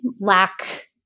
lack